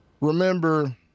Remember